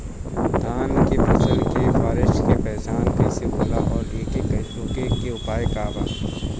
धान के फसल के फारेस्ट के पहचान कइसे होला और एके रोके के उपाय का बा?